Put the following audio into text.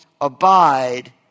abide